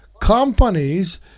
companies